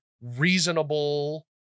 reasonable